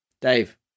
Dave